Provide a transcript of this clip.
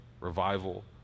revival